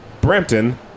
brampton